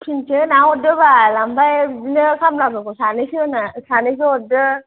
फिनसे होना हरदो बाल ओमफ्राय बिदिनो खामलाफोरखौ सानैसो होना सानैसो हरदो